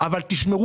כדי שנוכל להמשיך